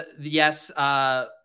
Yes